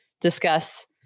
discuss